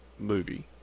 movie